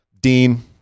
Dean